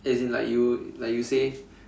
as in like you like you say